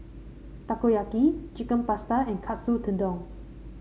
Takoyaki Chicken Pasta and Katsu Tendon